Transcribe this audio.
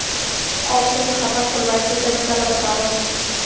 Offline खाता खोलवाय के तरीका ल बतावव?